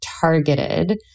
targeted